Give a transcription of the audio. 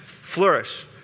Flourish